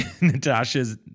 Natasha's